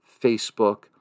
Facebook